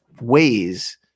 ways